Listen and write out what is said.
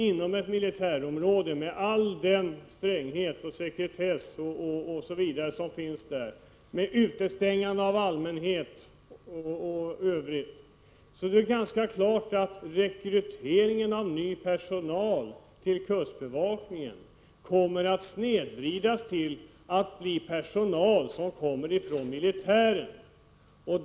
Inom ett militärområde, med all den stränghet, sekretess, utestängande av allmänhet m.m. som råder där, är det ganska klart att rekryteringen av ny personal till kustbevakningen kommer att snedvridas så att personal tas från militären.